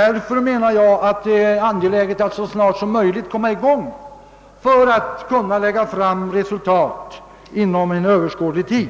Därför menar jag att det är angeläget att så snart som möjligt komma igång för att kunna lägga fram resultat inom överskådlig tid.